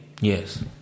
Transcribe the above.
Yes